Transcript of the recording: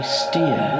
steer